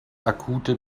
akute